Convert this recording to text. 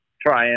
try